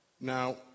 Now